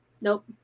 Nope